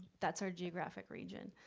that's our geographic region.